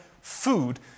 food